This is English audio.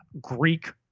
Greek